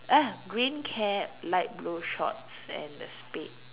ah green cap light blue shorts and the spade